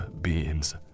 beings